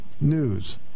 news